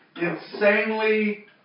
insanely